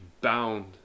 bound